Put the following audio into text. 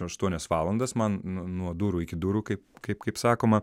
aštuonias valandas man nuo durų iki durų kai kaip kaip sakoma